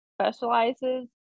specializes